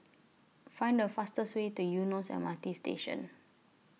Find The fastest Way to Eunos M R T Station